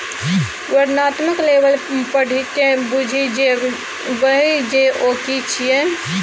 वर्णनात्मक लेबल पढ़िकए बुझि जेबही जे ओ कि छियै?